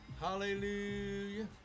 Hallelujah